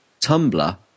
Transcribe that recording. Tumblr